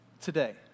today